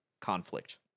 conflict